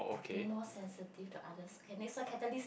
be more sensitive to others can they so catalyst